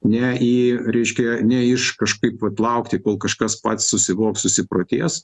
ne į reiškia ne iš kažkaip vat laukti kol kažkas pats susivoks susiprotės